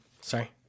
Sorry